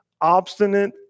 obstinate